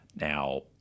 Now